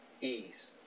Ease